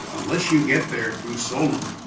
unless you get there through solem,